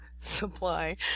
supply